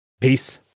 Peace